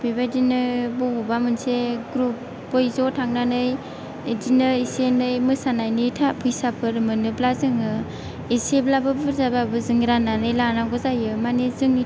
बेबायदिनो बबावबा मोनसे ग्रुप यै ज' थांनानै बिदिनो एसे एनै मोसानायनि थाखा फैसाफोर मोनोब्ला जोङाे एसेब्लाबो बुर्जाब्लाबो जों राननानै लानांगौ जायो माने जोंनि